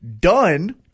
done